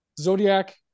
Zodiac